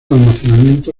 almacenamiento